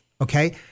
Okay